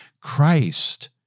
Christ